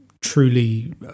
truly